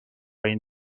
این